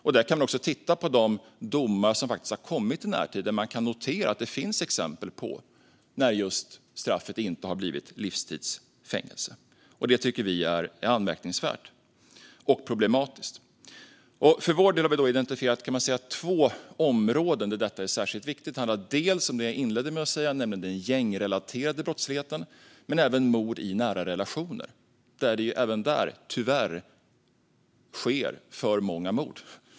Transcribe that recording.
Man kan också titta på de domar som har kommit i närtid, där man kan notera exempel på att straffet inte har blivit livstids fängelse. Det tycker vi är anmärkningsvärt och problematiskt. För vår del har vi identifierat två områden där detta är särskilt viktigt. Det handlar dels om det jag inledde med att ta upp, nämligen den gängrelaterade brottsligheten, dels om mord i nära relationer. Även där sker det tyvärr för många mord.